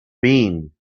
been